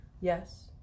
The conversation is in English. Yes